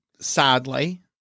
sadly